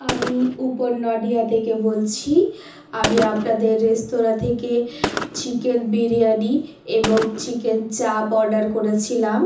আমি উপর নডিয়া থেকে বলছি আমি আপনাদের রেস্তোরাঁ থেকে চিকেন বিরিয়ানি এবং চিকেন চাপ অর্ডার করেছিলাম